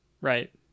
right